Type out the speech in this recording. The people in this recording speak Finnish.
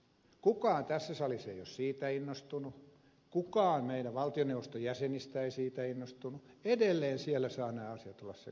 kukaan tässä salissa ei ole siitä innostunut kukaan meidän valtioneuvoston jäsenistä ei siitä innostunut edelleen siellä saavat nämä asiat olla sekaisin